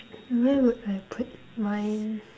where would I put mine